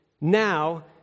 now